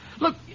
Look